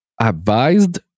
advised